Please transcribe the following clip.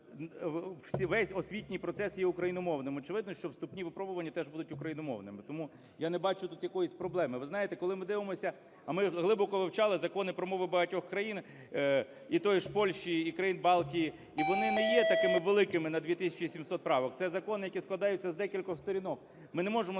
весь освітній процес є україномовним, очевидно, що вступні випробування теж будуть україномовними. Тому я не бачу тут якоїсь проблеми. Ви знаєте, коли ми дивимося, а ми глибоко вивчали закони про мови багатьох країн: і тої ж Польщі, і країн Балтії, і вони не є такими великими на 2 тисячі 700 правок. Це закони, які складаються з декількох сторінок. Ми не можемо